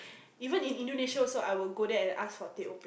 even if Indonesia also I will go there and ask for teh O bing oh